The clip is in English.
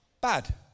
Bad